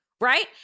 right